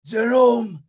Jerome